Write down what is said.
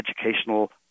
educational